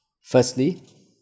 Firstly